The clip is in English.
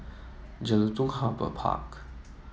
Jelutung Harbour Park